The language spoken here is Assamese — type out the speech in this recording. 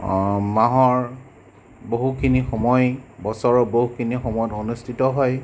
মাহৰ বহুখিনি সময় বছৰৰ বহুখিনি সময়ত অনুস্থিত হয়